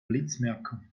blitzmerker